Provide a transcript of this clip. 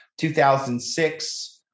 2006